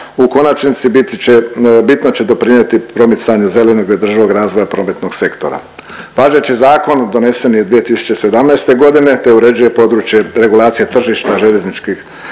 U konačnici biti će, bitno će doprinijeti promicanju zelenog i održivog razvoja prometnog sektora. Važeći zakon donesen je 2017. godine te uređuje područje regulacije tržišta željezničkih